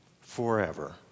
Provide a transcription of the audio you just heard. forever